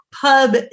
pub